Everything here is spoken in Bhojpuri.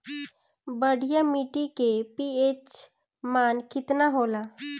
बढ़िया माटी के पी.एच मान केतना होला?